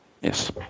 Yes